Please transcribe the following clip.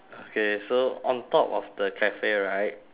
okay so on top of the cafe right